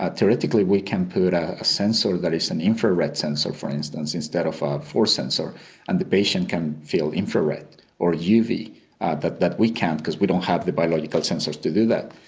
ah theoretically we can put a sensor that is an infrared sensor for instance instead of ah a force sensor and the patient can feel infrared or uv that that we can't because we don't have the biological sensors to do that.